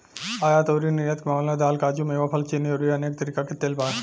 आयात अउरी निर्यात के मामला में दाल, काजू, मेवा, फल, चीनी अउरी अनेक तरीका के तेल बा